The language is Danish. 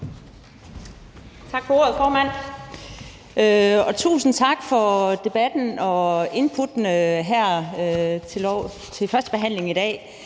Tak for ordet, formand, og tusind tak for debatten og inputtene her under førstebehandlingen i dag.